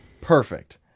Perfect